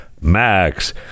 max